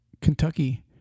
Kentucky